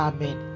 Amen